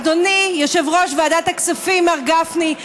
אדוני יושב-ראש ועדת הכספים מר גפני,